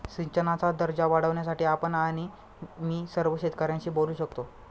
सिंचनाचा दर्जा वाढवण्यासाठी आपण आणि मी सर्व शेतकऱ्यांशी बोलू शकतो